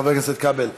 חבר הכנסת כבל.